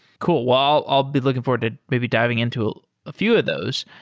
cool. well, i'll be looking forward to maybe diving into a few of those.